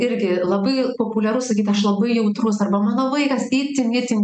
irgi labai populiaru sakyt aš labai jautrus arba mano vaikas itin itin